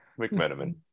McMenamin